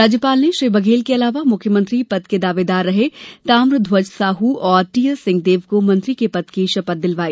राज्यपाल ने श्री बघेल के अलावा मुख्यमंत्री पद के दावेदार रहे ताम्रध्वज साह और टीएस सिंहदेव को मंत्री के पद की शपथ दिलवाई